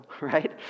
right